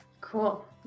Cool